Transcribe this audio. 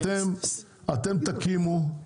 אתם תקימו,